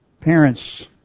Parents